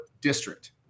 district